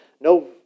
no